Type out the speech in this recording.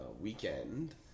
weekend